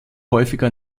häufiger